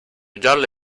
giallo